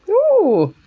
oooh!